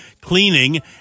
cleaning